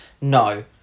no